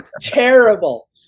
terrible